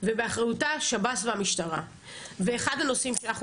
ובאחריותה שב"ס והמשטרה ואחד הנושאים שאנחנו